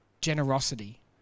generosity